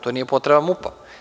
To nije potreba MUP-a.